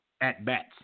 at-bats